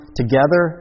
together